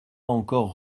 encore